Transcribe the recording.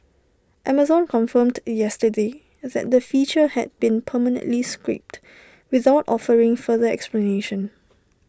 Amazon confirmed yesterday that the feature had been permanently scrapped without offering further explanation